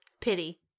Pity